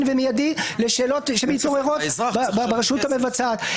ומידי לשאלות שמתעוררות ברשות המבצעת.